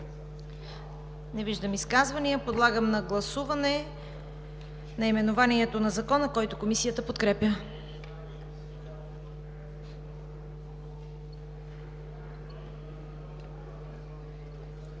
Не виждам. Подлагам на гласуване наименованието на Закона, което Комисията подкрепя.